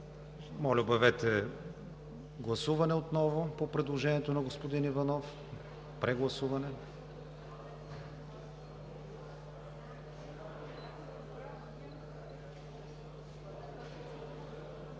Моля, обявете гласуване отново по предложението на господин Иванов, прегласуване.